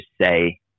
say